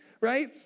right